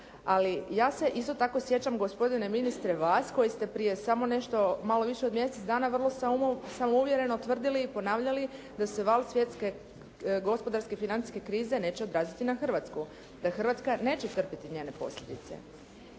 Ali ja se isto tako sjećam, gospodine ministre vas koji ste prije samo nešto malo više od mjesec dana vrlo samouvjereno tvrdili i ponavljali da se val svjetske gospodarske financijske krize neće odraziti na Hrvatsku, da Hrvatska neće trpjeti njene posljedice.